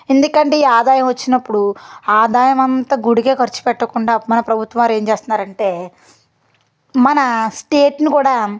ఎందుకండీ ఆదాయం వచ్చినప్పుడు ఆదాయం అంతా గుడికే ఖర్చు పెట్టకుండా మన ప్రభుత్వాలు ఏం చేస్తున్నారంటే మన స్టేట్ని కూడా